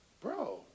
bro